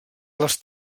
les